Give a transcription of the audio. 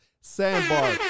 Sandbar